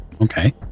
Okay